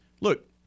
look